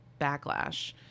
backlash